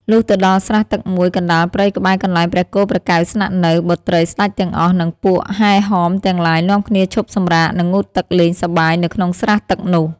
លុះទៅដល់ស្រះទឹកមួយកណ្ដាលព្រៃក្បែរកន្លែងព្រះគោព្រះកែវស្នាក់នៅ បុត្រីស្ដេចទាំងអស់ និងពួកហែហមទាំងឡាយនាំគ្នាឈប់សម្រាក និងងូតទឹកលេងសប្បាយនៅក្នុងស្រះទឹកនោះ។